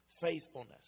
faithfulness